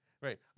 right